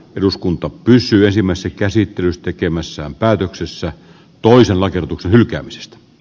eduskunta pysyy ensimmäisen käsittelyn tekemässään päätöksessä toisella kehotuksen hylkäämisestä d